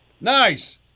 nice